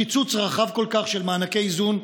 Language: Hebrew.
קיצוץ רחב כל כך של מענקי איזון,